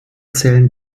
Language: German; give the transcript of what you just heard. zählen